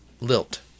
lilt